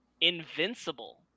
Invincible